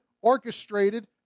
orchestrated